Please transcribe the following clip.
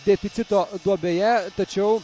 deficito duobėje tačiau